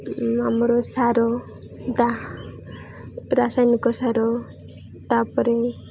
ଆମର ସାର ଦା ରାସାୟନିକ ସାର ତା'ପରେ